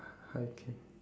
okay